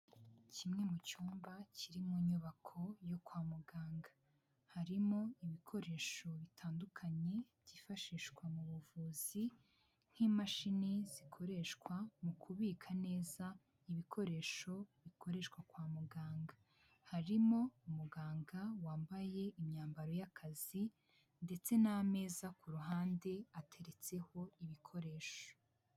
Kimwe mu cyumba kiri mu nyubako yo kwa muganga, harimo ibikoresho bitandukanye byifashishwa mu buvuzi nk'imashini zikoreshwa mu kubika neza ibikoresho bikoreshwa kwa muganga, harimo umuganga wambaye imyambaro y'akazi, ndetse n'ameza, ku ruhande ateretseho ibikoresho.